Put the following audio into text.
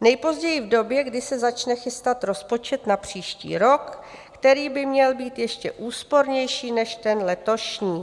nejpozději v době, kdy se začne chystat rozpočet na příští rok, který by měl být ještě úspornější než ten letošní.